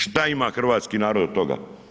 Šta ima hrvatski narod od toga?